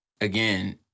again